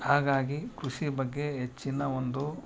ಹಾಗಾಗಿ ಕೃಷಿ ಬಗ್ಗೆ ಹೆಚ್ಚಿನ ಒಂದು